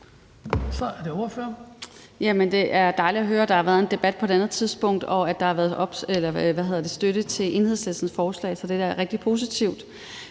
det er dejligt at høre, at der har været en debat på et andet tidspunkt, og at der har været støtte til Enhedslistens forslag. Det er da rigtig positivt.